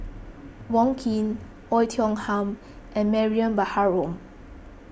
Wong Keen Oei Tiong Ham and Mariam Baharom